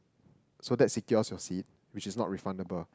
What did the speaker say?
so that secures your seat which is not refundable